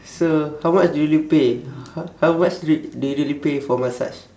so how much do you usually pay how how much do do you usually pay for massage